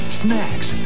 snacks